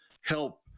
help